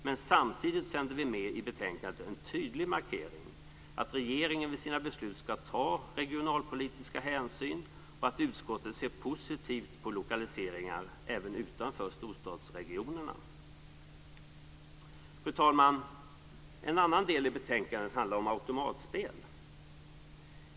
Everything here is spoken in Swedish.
Men samtidigt sänder vi med i betänkandet en tydlig markering att regeringen vid sina beslut skall ta regionalpolitiska hänsyn och att utskottet ser positivt på lokaliseringar även utanför storstadsregionerna. Fru talman! En annan del av betänkandet handlar om automatspel.